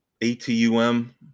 A-T-U-M